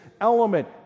element